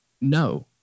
No